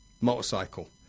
motorcycle